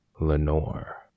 Lenore